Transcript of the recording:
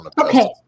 Okay